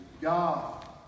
God